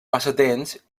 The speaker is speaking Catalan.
passatemps